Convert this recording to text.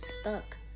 stuck